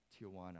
Tijuana